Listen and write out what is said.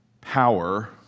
power